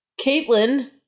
Caitlin